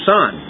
Son